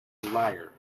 liar